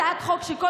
הצעת החוק שאני